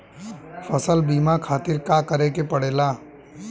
फसल बीमा खातिर का करे के पड़ेला?